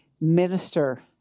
minister